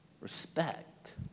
Respect